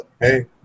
hey